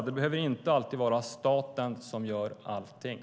Det behöver inte alltid vara staten som gör allting.